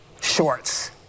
shorts